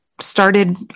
started